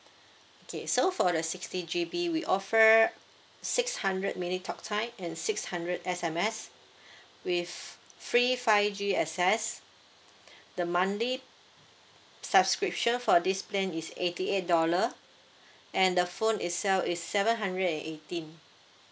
okay so for the sixty G_B we offer six hundred minute talk time and six hundred S_M_S with free five G access the monthly subscription for this plan is eighty eight dollar and the phone itself is seven hundred and eighteen